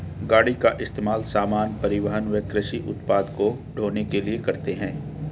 गाड़ी का इस्तेमाल सामान, परिवहन व कृषि उत्पाद को ढ़ोने के लिए करते है